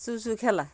শুয়ে শুয়ে খেলা